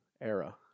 era